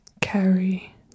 carry